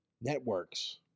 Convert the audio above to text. networks